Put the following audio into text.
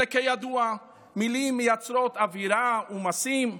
אלא כידוע, מילים מייצרות אווירה ומעשים.